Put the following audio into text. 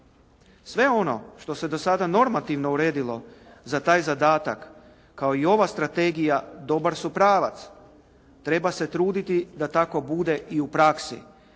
Sve ono što se do sada normativno uredilo za taj zadatak kao i ova strategija, dobar su pravac. Treba se truditi da tako bude i u praksi.